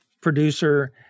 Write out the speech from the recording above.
producer